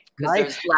Right